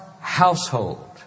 household